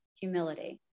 humility